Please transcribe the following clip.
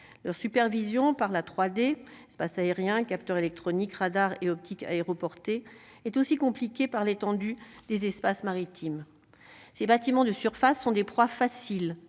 supervision par la 3D Space aérien capteur électronique radar et optiques aéroportée est aussi compliquée par l'étendue des espaces maritimes ces bâtiments de surface sont des proies faciles